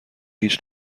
هیچ